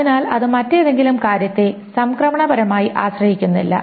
അതിനാൽ അത് മറ്റേതെങ്കിലും കാര്യത്തെ സംക്രമണപരമായി ആശ്രയിക്കുന്നില്ല